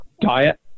diet